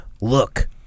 Look